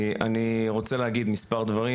אני רוצה להגיד מספר דברים,